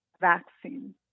vaccine